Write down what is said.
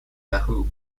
yahoo